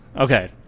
Okay